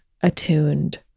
attuned